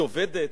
היא עובדת